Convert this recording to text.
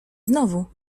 znowu